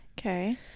Okay